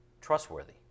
trustworthy